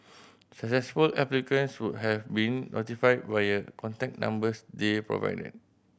successful applicants would have been notified via contact numbers they provided